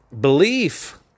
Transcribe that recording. belief